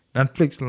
Netflix